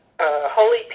holy